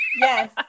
Yes